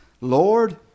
Lord